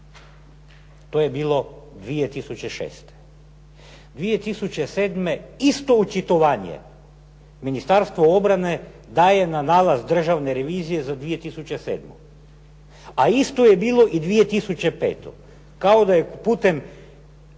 To je bilo 2006. 2007. isto očitovanje Ministarstvo obrane daje na nalaz Državne revizije za 2007. a isto je bilo i 2005. kao da je putem